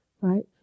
right